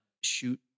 shoot